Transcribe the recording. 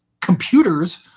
computers